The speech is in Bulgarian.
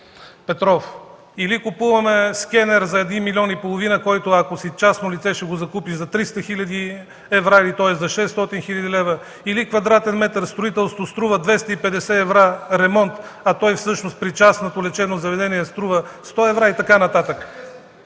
Петров – или купуваме скенер за един милион и половина, който ако си частно лице ще го закупиш за 300 хил. евро или тоест за 600 хил. лв., или квадратен метър строителство струва 250 евро ремонт, а той всъщност при частното лечебно заведение струва 100 евро и така нататък.